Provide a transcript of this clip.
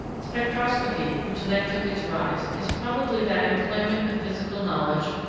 spectroscopy, which then took its rise, is probably that employment of physical knowledge,